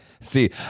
See